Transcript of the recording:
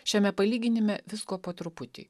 šiame palyginime visko po truputį